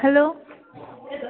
hello